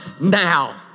now